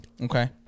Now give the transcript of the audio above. Okay